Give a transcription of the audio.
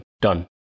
done